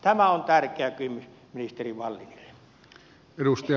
tämä on tärkeä kysymys ministeri wallinille